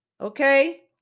okay